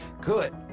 good